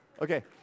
Okay